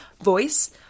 voice